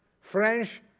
French